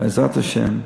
בעזרת השם,